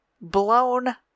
blown